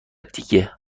دیگه